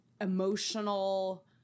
emotional